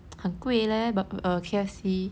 很贵 leh bur~ err K_F_C